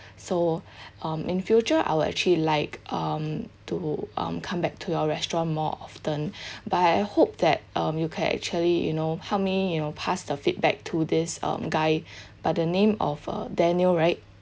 so um in future I will actually like um to um come back to your restaurant more often but I hope that um you can actually you know help me you know pass the feedback to this um guy by the name of uh daniel right